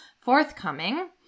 forthcoming